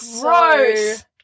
Gross